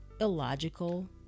illogical